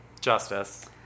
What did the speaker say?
Justice